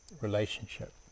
relationship